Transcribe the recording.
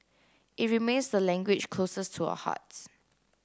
it remains the language closest to our hearts